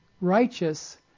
righteous